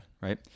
right